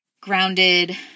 grounded